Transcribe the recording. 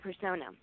persona